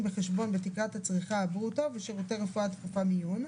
בחשבון בתקרת הצריכה ברוטו ושירותי רפואה דחופה (מיון),